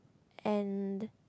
and